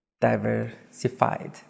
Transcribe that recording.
diversified